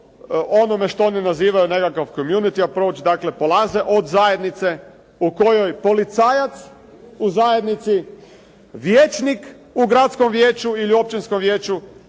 onome što oni nazivaju nekakav comunity approach. Dakle, polaze od zajednice u kojoj policajac u zajednici, vijećnik u gradskom vijeću ili općinskom vijeću,